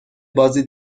بازی